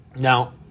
Now